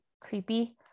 creepy